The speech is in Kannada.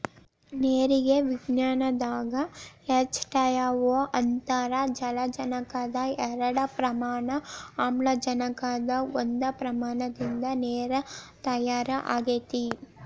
ನೇರಿಗೆ ವಿಜ್ಞಾನದಾಗ ಎಚ್ ಟಯ ಓ ಅಂತಾರ ಜಲಜನಕದ ಎರಡ ಪ್ರಮಾಣ ಆಮ್ಲಜನಕದ ಒಂದ ಪ್ರಮಾಣದಿಂದ ನೇರ ತಯಾರ ಆಗೆತಿ